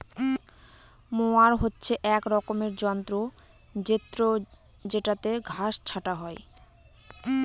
mower হচ্ছে এক রকমের যন্ত্র জেত্রযেটাতে ঘাস ছাটা হয়